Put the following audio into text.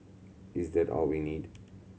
is that all we need